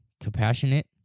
compassionate